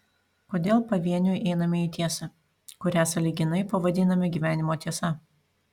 kodėl pavieniui einame į tiesą kurią sąlyginai pavadiname gyvenimo tiesa